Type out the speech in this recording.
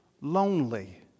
lonely